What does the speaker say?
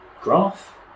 graph